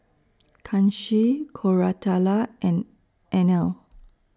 Kanshi Koratala and Anil